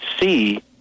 see